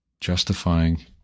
justifying